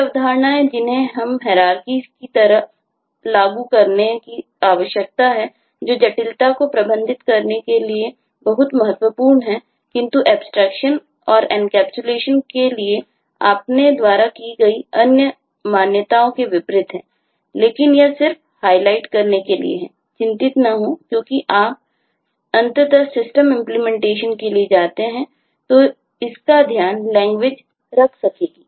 कुछ अवधारणाएँ जिन्हें हमें हैरारकी रख सकेंगी